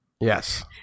Yes